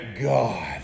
God